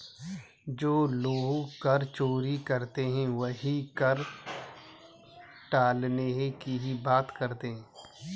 जो लोग कर चोरी करते हैं वही कर टालने की बात करते हैं